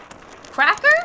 cracker